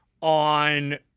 on